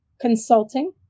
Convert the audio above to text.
Consulting